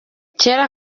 kera